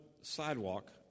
sidewalk